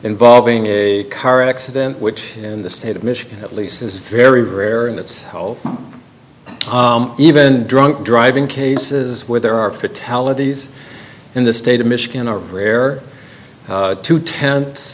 involving a car accident which in the state of michigan at least is very rare and it's all even drunk driving cases where there are fatalities in the state of michigan are rare two tenths